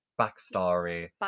backstory